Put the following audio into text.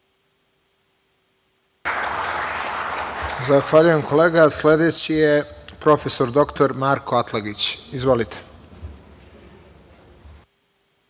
Zahvaljujem kolega. Sedeći je prof. dr Marko Atlagić. Izvolite.